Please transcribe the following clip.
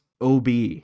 OB